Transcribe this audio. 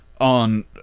on